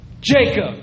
Jacob